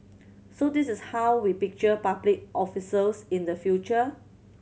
so this is how we picture public officers in the future